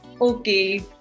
okay